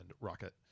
Rocket